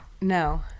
no